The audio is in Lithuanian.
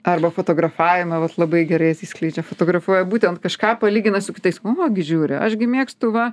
arba fotografavimą vat labai gerai atsiskleidžia fotografuoja būtent kažką palygina su kitais o gi žiūri aš gi mėgstu va